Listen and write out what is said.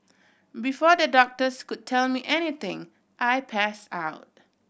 before the doctors could tell me anything I pass out